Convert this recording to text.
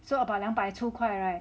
so about 两百出块 [right]